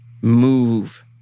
move